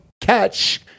catch